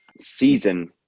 season